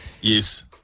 Yes